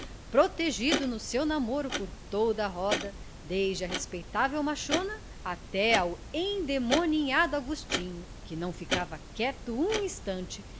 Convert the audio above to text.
protegido no seu namoro por toda a roda desde a respeitável machona até ao endemoninhado agostinho que não ficava quieto um instante